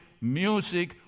music